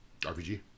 RPG